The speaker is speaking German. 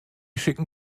schicken